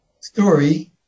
story